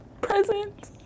Present